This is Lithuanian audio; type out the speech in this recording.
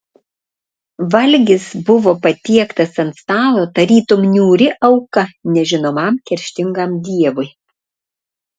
valgis buvo patiektas ant stalo tarytum niūri auka nežinomam kerštingam dievui